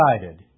decided